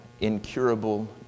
incurable